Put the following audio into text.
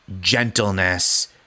gentleness